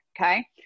Okay